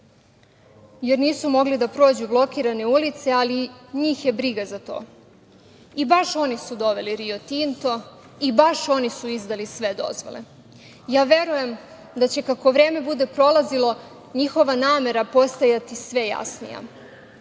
jer nisu mogli da prođu blokirane ulice, ali njih je briga za to. I to baš oni su doveli Rio Tinto i baš oni su izdali sve dozvole. Ja verujem da će, kako vreme bude prolazilo, njihova namera postajati sve jasnija. Od